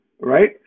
right